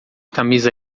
camisa